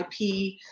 IP